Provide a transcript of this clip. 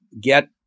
get